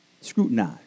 Scrutinize